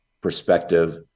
perspective